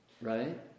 Right